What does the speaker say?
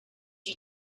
you